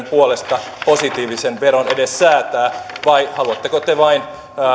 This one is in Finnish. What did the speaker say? puolesta positiivisen veron edes säätää vai haluatteko te vain